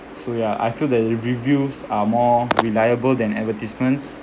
so yeah I feel that reviews are more reliable than advertisements